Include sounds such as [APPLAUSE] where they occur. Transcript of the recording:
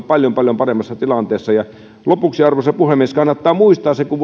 paljon paljon paremmassa tilanteessa lopuksi arvoisa puhemies kannattaa muistaa se että kun [UNINTELLIGIBLE]